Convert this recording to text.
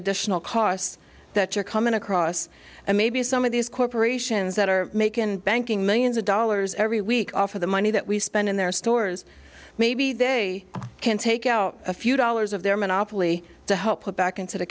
additional costs that you're coming across and maybe some of these corporations that are make in banking millions of dollars every week offer the money that we spend in their stores maybe they can take out a few dollars of their monopoly to help put back into the